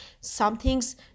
something's